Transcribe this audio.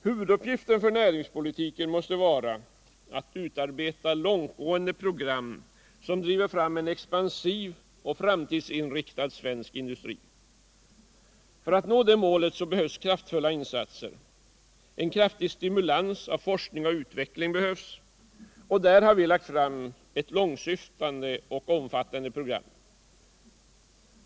Huvuduppgiften för näringspolitiken måste vara att utarbeta långtgående program, som driver fram en expansiv och framtidsinriktad svensk industri. För att nå detta mål behövs kraftfulla insatser. En ökad stimulans av forskning och utveckling krävs. och där har vi lagt fram ett långsyftande och omfattande program.